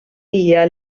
dia